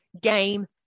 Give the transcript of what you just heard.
game